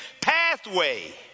pathway